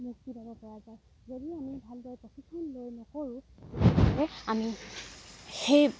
মুক্তি দাব পৰা যায় যদি আমি ভালদৰে প্ৰশিক্ষণ লৈ নকৰোঁ তেনেহ'লে আমি সেই